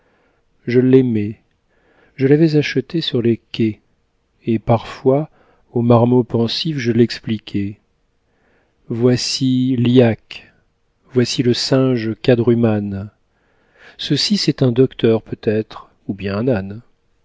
je l'aimais je l'avais acheté sur les quais et parfois aux marmots pensifs je l'expliquais voici l'yak voici le singe quadrumane ceci c'est un docteur peut-être ou bien un âne